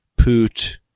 poot